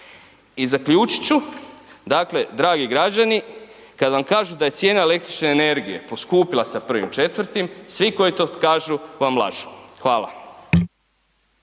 I zaključit ću, dakle dragi građani, kad vam kažu da je cijena električne energije poskupila sa 1. 4., svi koji to kažu vam lažu. Hvala.